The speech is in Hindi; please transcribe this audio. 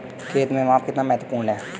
खेत में माप कितना महत्वपूर्ण है?